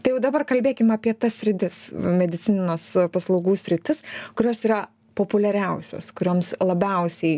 tai jau dabar kalbėkim apie tas sritis medicinos paslaugų sritis kurios yra populiariausios kurioms labiausiai